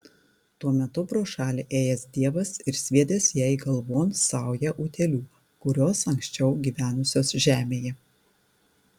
tuo metu pro šalį ėjęs dievas ir sviedęs jai galvon saują utėlių kurios anksčiau gyvenusios žemėje